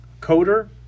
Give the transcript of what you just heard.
Coder